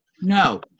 No